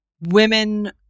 women